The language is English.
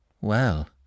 Well